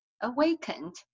awakened